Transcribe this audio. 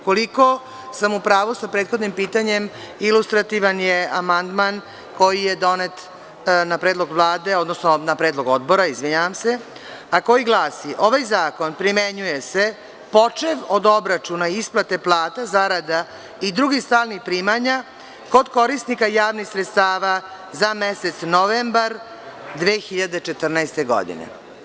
Koliko sam u pravu sa prethodnim pitanjem, ilustrativan je amandman koji je donet na predlog Vlade, odnosno na predlog Odbora, izvinjavam se, a koji glasi: „Ovaj zakon primenjuje se počev od obračuna isplate plata, zarada i drugih stalnih primanja kod korisnika javnih sredstava za mesec novembar 2014. godine“